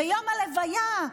ביום הלוויה,